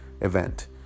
event